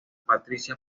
patricia